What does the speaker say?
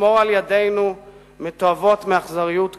לשמור על ידינו מתועבות אכזריות כאלה.